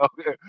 Okay